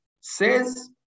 Says